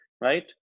right